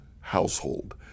household